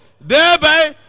thereby